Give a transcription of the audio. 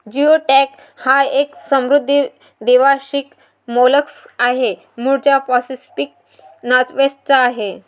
geoduck हा एक समुद्री द्वैवार्षिक मोलस्क आहे, मूळचा पॅसिफिक नॉर्थवेस्ट चा आहे